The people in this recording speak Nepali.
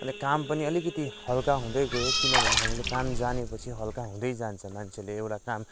अनि काम पनि अलिकति हल्का हुँदै गयो किनभने हामीले काम जानेपछि हल्का हुँदै जान्छ मान्छेले एउटा काम